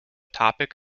topic